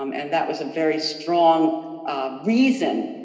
um and that was a very strong reason